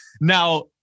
Now